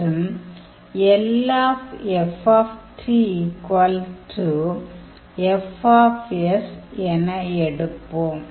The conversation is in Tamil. மற்றும் என எடுப்போம்